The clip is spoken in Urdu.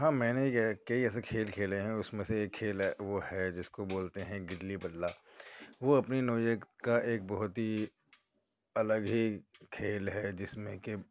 ہاں میں نے کے کئی ایسے کھیل کھیلے ہیں اُس میں سے ایک کھیل ہے وہ ہے جس کو بولتے ہیں گلی بلّا وہ اپنی نوعیت کا ایک بہت ہی الگ ہی کھیل ہے جس میں کہ